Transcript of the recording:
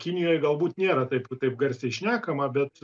kinijoj galbūt nėra taip taip garsiai šnekama bet